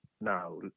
now